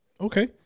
Okay